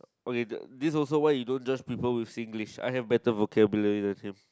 okay this also why you don't judge people with Singlish I have better vocabulary than him